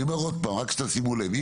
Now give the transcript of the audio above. אני אומר עוד פעם רק שתשימו לב אי